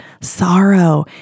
sorrow